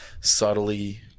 subtly